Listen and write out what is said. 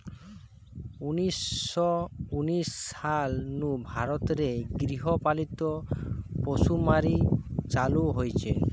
উনিশ শ উনিশ সাল নু ভারত রে গৃহ পালিত পশুসুমারি চালু হইচে